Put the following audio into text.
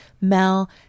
Mel